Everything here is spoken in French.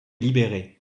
libéré